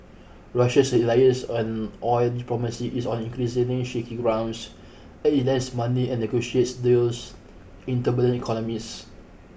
Russia's reliance on oil diplomacy is on increasingly shaky grounds as it lends money and negotiates deals in turbulent economies